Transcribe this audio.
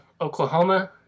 Oklahoma